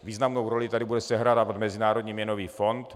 Významnou roli tady bude sehrávat Mezinárodní měnový fond.